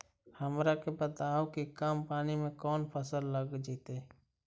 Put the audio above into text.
हमरा के बताहु कि कम पानी में कौन फसल लग जैतइ?